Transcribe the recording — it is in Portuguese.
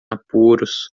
apuros